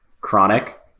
chronic